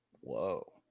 Whoa